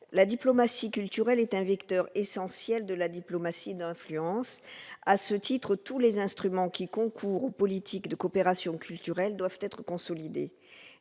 la diplomatie culturelle est un vecteur essentiel de la diplomatie d'influence. À ce titre, tous les instruments qui concourent aux politiques de coopération culturelle doivent être consolidés.